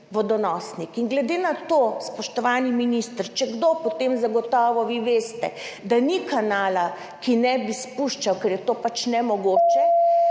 vodonosnik. Glede na to, spoštovani minister, da če kdo, potem zagotovo vi veste, da ni kanala, ki ne bi spuščal, ker je to pač nemogoče,